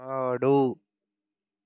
ఆడు